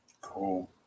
Cool